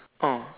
oh